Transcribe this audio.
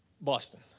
Boston